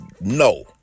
no